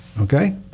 Okay